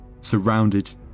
surrounded